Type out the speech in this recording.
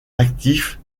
actif